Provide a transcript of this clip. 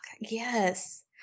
Yes